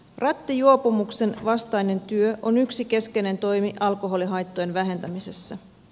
rattijuopumuksen vastainen työ on yksi keskeinen toimi alkoholihaittojen vähentämisessä